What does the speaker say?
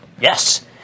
Yes